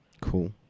cool